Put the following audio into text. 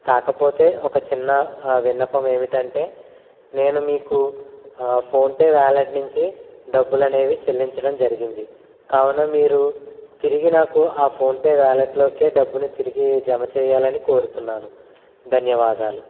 కాకపోతే ఒక చిన్న విన్నపం ఏమిటంటే నేను మీకు ఫోన్పే వ్యాలెట్ నుంచి డబ్బులు అనేవి చెల్లించడం జరిగింది కావున మీరు తిరిగి నాకు ఆ ఫోన్పే వ్యాలెట్లోకే డబ్బులు తిరిగి జమ చేయాలని కోరుతున్నాను ధన్యవాదాలు